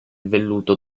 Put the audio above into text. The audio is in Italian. velluto